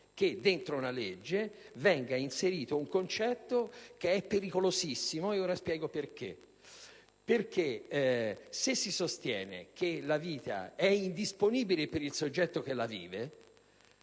di una legge venga inserito un concetto pericolosissimo, ed ora spiego il perché. Se si sostiene che la vita è indisponibile per il soggetto che la vive